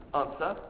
answer